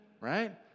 right